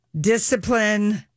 discipline